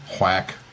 whack